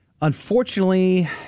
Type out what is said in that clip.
Unfortunately